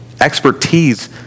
expertise